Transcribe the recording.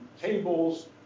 tables